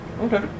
Okay